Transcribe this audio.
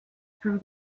through